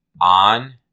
on